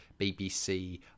BBC